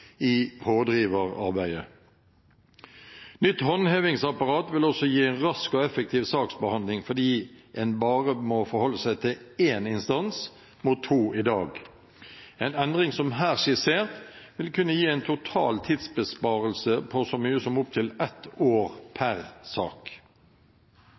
i pådriverarbeidet. Nytt håndhevingsapparat vil også gi en rask og effektiv saksbehandling fordi en bare må forholde seg til én instans mot to i dag. En endring som her skissert vil kunne gi en total tidsbesparelse på så mye som opptil ett år